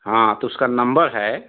हाँ तो उसका नंबर है